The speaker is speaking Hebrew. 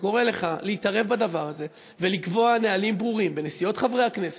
אני קורא לך להתערב בדבר הזה ולקבוע נהלים ברורים לנסיעות חברי הכנסת,